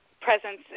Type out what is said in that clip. presence